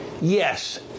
Yes